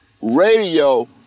radio